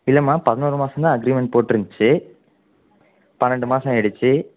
இல்லைம்மா பதினோரு மாதம்தான் அக்ரீமெண்ட் போட்டுருந்ச்சு பன்னெண்டு மாசம் ஆயிடுச்சு